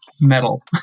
metal